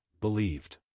believed